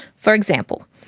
for example,